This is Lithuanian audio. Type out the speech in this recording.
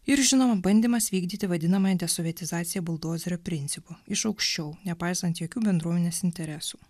ir žinoma bandymas vykdyti vadinamąją desovietizaciją buldozerio principu iš aukščiau nepaisant jokių bendruomenės interesų